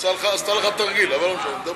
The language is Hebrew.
עשתה לך תרגיל, אבל לא משנה, דברי.